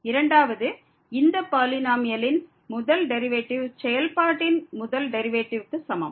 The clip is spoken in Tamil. இரண்டாவது இந்த பாலினோமியலின் முதல் டெரிவேட்டிவ் செயல்பாட்டின் முதல் டெரிவேட்டிவ்க்கு சமம்